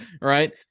right